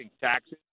taxes